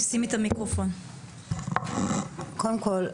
קודם כל,